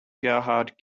gerhard